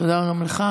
תודה גם לך.